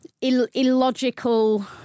illogical